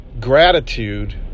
Gratitude